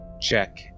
check